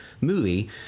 movie